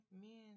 men